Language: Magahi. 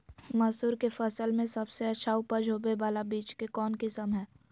मसूर के फसल में सबसे अच्छा उपज होबे बाला बीज के कौन किस्म हय?